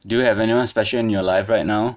do you have anyone special in your life right now